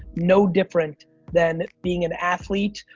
no different than being an athlete,